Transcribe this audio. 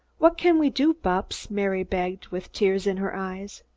what can we do, bupps? mary begged with tears in her eyes.